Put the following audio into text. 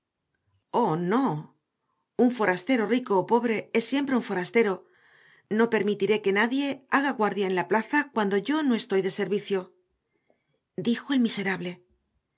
oh no un forastero rico o pobre es siempre un forastero no permitiré que nadie haga guardia en la plaza cuando yo no estoy de servicio dijo el miserable